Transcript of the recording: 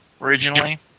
originally